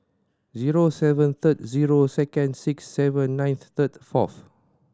zero seven three zero two six seven nine three four